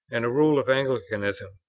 and a rule of anglicanism,